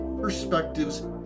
perspectives